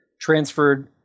transferred –